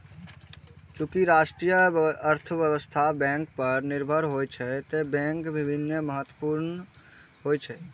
चूंकि राष्ट्रीय अर्थव्यवस्था बैंक पर निर्भर होइ छै, तें बैंक विनियमन महत्वपूर्ण होइ छै